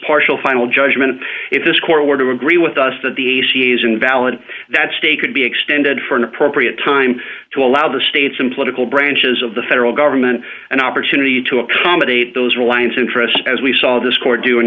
partial final judgment if this court order agree with us that the a c s invalid that stay could be extended for an appropriate time to allow the states and political branches of the federal government an opportunity to accommodate those reliance interests as we saw this court do in